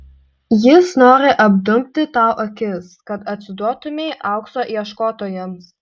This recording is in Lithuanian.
jis nori apdumti tau akis kad atsiduotumei aukso ieškotojams